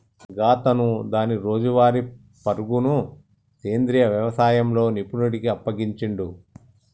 గాతను దాని రోజువారీ పరుగును సెంద్రీయ యవసాయంలో నిపుణుడికి అప్పగించిండు